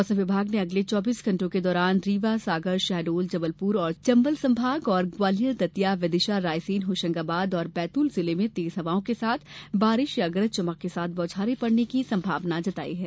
मौसम विभाग ने अगले चौबीस घण्टों के दौरान रीवा सागर शहडोल जबलपुर एवं चंबल संभाग और ग्वालियर दतिया विदिशा रायसेन होशंगाबाद और बैतूल जिलों में तेज हवाओं के साथ बारिश या गरज चमक के साथ बौछारें पड़ने की संभावना जताई है